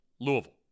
Louisville